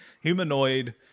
Humanoid